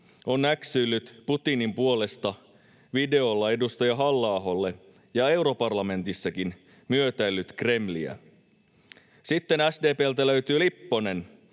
on äksyillyt Putinin puolesta videolla edustaja Halla-aholle ja europarlamentissakin myötäillyt Kremliä. Sitten SDP:ltä löytyy Lipponen,